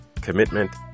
commitment